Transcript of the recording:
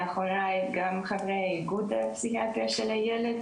מאחורי גם חברי איגוד הפסיכיאטריה של הילד,